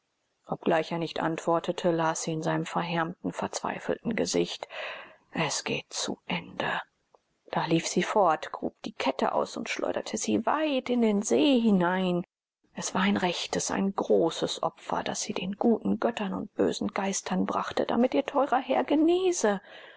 obgleich er nicht antwortete las sie in seinem verhärmten verzweifelten gesicht es geht zu ende da lief sie fort grub die kette aus und schleuderte sie weit in den see hinein es war ein rechtes und großes opfer das sie den guten göttern und bösen geistern brachte damit ihr teurer herr genese